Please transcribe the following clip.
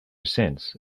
cents